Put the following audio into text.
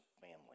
family